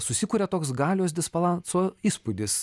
susikuria toks galios dispalanso įspūdis